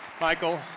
Michael